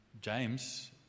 James